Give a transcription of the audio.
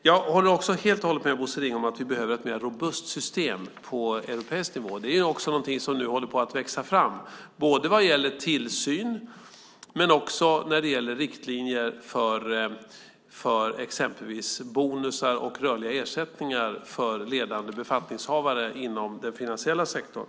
Jag håller också helt och hållet med Bosse Ringholm om att vi behöver ett mer robust system på europeisk nivå. Det är också någonting som nu håller på att växa fram, både vad gäller tillsyn och riktlinjer för exempelvis bonusar och rörliga ersättningar för ledande befattningshavare inom den finansiella sektorn.